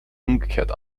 umgekehrt